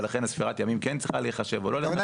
ולכן ספירת הימים כן צריכה להיחשב או לא צריכה להיחשב.